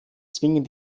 zwingen